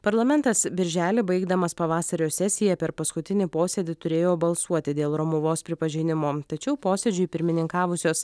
parlamentas birželį baigdamas pavasario sesiją per paskutinį posėdį turėjo balsuoti dėl romuvos pripažinimo tačiau posėdžiui pirmininkavusios